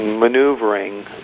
maneuvering